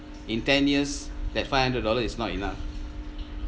in ten years that five hundred dollar is not enough